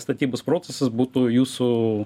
statybos procesas būtų jūsų